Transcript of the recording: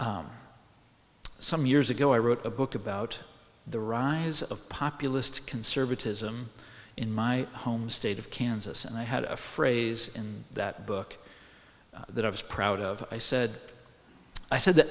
pieces some years ago i wrote a book about the rise of populist conservatism in my home state of kansas and i had a phrase in that book that i was proud of i said i said that